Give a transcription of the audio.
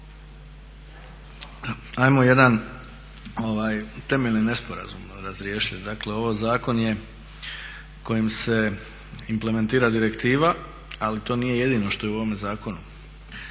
Ajmo jedan temeljni nesporazum razriješiti. Ovo je zakon kojim se implementira direktiva, ali to nije jedino što je u ovome zakonu,